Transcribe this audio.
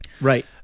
Right